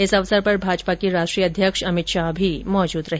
इस अवसर पर भाजपा के राष्ट्रीय अध्यक्ष अमित शाह भी मौजूद रहे